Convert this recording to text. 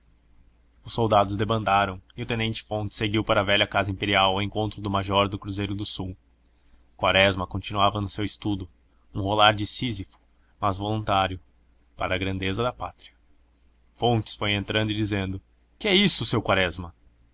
os soldados debandaram e o tenente fontes seguiu para a velha casa imperial ao encontro do major do cruzeiro do sul quaresma continuava no seu estudo um rolar de sísifo mas voluntário para a grandeza da pátria fontes foi entrando e dizendo que é isto seu quaresma